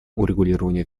урегулированию